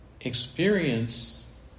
experience